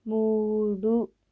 మూడు